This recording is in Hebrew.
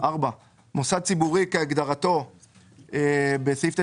"(4)מוסד ציבורי כהגדרתו בסעיף 9(2)(ב)